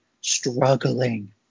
struggling